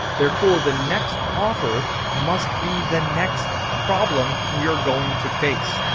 therefore, the next offer must be the next problem we are going to face.